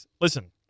listen